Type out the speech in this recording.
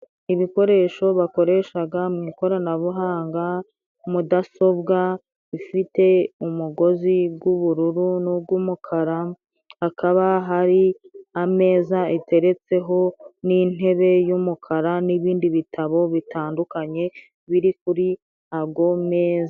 Ibikoresho bakoreshaga mu ikoranabuhanga mudasobwa, bifite umugozi g'ubururu n'ug'umukara hakaba hari ameza iteretseho n'intebe y'umukara n'ibindi bitabo bitandukanye biri kuri ago meza.